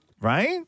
right